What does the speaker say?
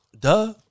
duh